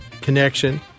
connection